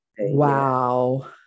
Wow